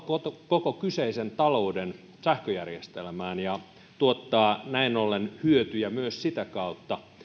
koko kyseisen talouden sähköjärjestelmään ja tuottaa näin ollen hyötyjä myös sitä kautta